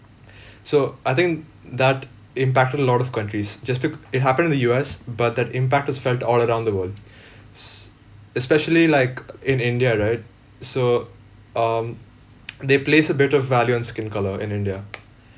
so I think that impacted a lot of countries just be~ it happened in the U_S but that impact is felt all around the world s~ especially like in india right so um they place a bit of value on skin colour in india